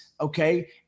Okay